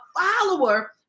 follower